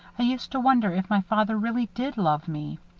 i used to wonder if my father really did love me.